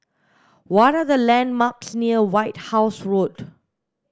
what are the landmarks near White House Road